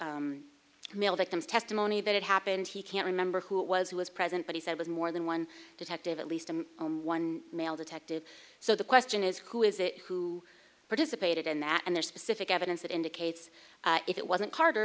victims testimony that it happened he can't remember who it was who was present but he said was more than one detective at least i'm one male detective so the question is who is it who participated in that and their specific evidence that indicates if it wasn't carter